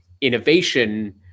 innovation